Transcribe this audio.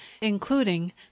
including